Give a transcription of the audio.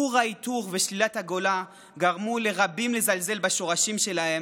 כור ההיתוך ושלילת הגולה גרמו לרבים לזלזל בשורשים שלהם,